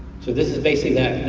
so this is basically that